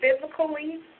physically